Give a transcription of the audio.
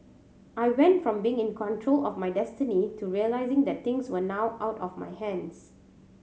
I went from being in control of my destiny to realising that things were now out of my hands